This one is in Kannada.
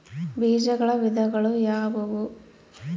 ಬೇಜಗಳ ವಿಧಗಳು ಯಾವುವು?